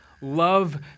love